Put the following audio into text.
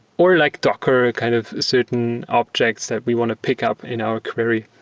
or like docker kind of certain objects that we want to pick up in our query.